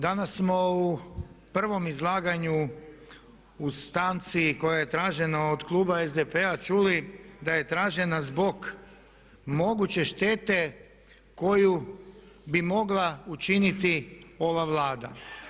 Danas smo u prvom izlaganju u stanci koja je tražena od kluba SDP-a čuli da je tražena zbog moguće štete koju bi mogla učiniti ova Vlada.